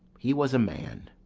he was a man,